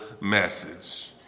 message